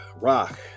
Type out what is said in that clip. rock